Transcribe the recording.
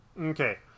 Okay